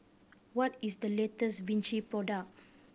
what is the latest Vichy product